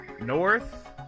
North